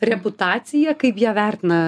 reputaciją kaip ją vertina